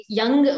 young